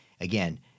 again